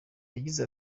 yagize